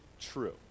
true